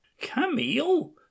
Camille